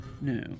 No